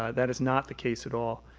ah that is not the case at all.